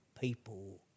people